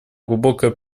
глубокая